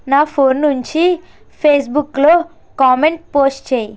నా ఫోన్ నుంచి ఫేస్బుక్లో కామెంట్ పోస్ట్ చేయ్